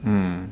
mm